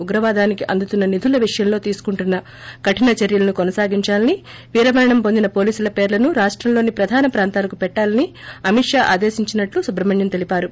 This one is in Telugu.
ఉగ్రవాదానికి అందుతున్న నిధుల విషయంలో తీసుకుంటున్న కఠిన చర్యలను కొనసాగిందాలని వీర మరణం పొందిన పోలీసుల పేర్లను రాష్టంలోని ప్రధాన ప్రాంతాలకు పెట్టాలి అని అమిత్ పా ఆదేశించినట్లు సుబ్రహ్మణ్యం తెలిపారు